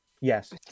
yes